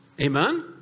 Amen